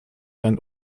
ein